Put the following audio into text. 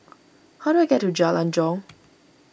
how do I get to Jalan Jong